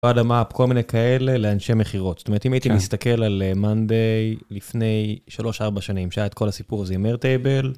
כל מיני כאלה לאנשי מכירות זאת אומרת אם הייתי מסתכל על מאנדיי לפני 3-4 שנים שהיה את כל הסיפור הזה עם איירטייבל.